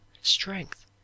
strength